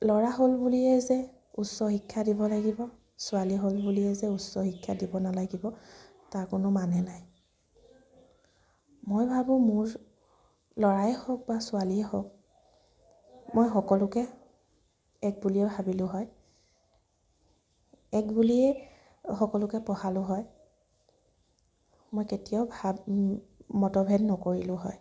ল'ৰা হ'ল বুলিয়ে যে উচ্চ শিক্ষা দিব লাগিব ছোৱালী হ'ল বুলিয়ে যে উচ্চ শিক্ষা দিব নালাগিব তাৰ কোনো মানে নাই মই ভাবোঁ মোৰ ল'ৰাই হওক বা ছোৱালীয়ে হওক মই সকলোকে এক বুলিয়ে ভাবিলো হয় এক বুলিয়েই এক বুলিয়ে পঢ়ালো হয় মই কেতিয়াও ভাব মতভেদ নকৰিলো হয়